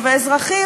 ממסוכנת.